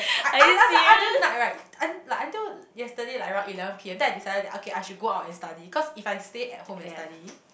I ask ask ask ask until night right like until yesterday like around eleven P_M then I decided that okay I should go out and study cause if I stay at home and study